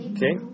Okay